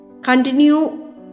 continue